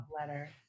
letter